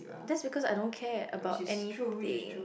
that's because I don't care about anything